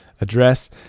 address